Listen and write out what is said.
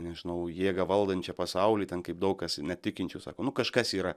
nežinau jėgą valdančią pasaulį ten kaip daug kas netikinčių sako nu kažkas yra